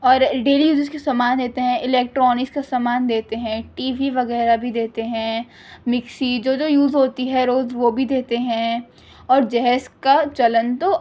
اور daily uses کے سامان دیتے ہیں الیکٹرانکس کا سامان دیتے ہیں ٹی وی وغیرہ بھی دیتے ہیں مکسی جو جو یوز ہوتی ہے روز وہ بھی دیتے ہیں اور جہیز کا چلن تو